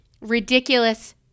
ridiculous